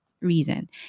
reason